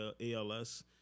ALS